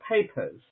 papers